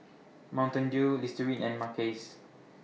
Mountain Dew Listerine and Mackays